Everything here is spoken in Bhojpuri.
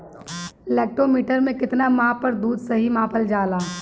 लैक्टोमीटर के कितना माप पर दुध सही मानन जाला?